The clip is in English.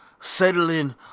settling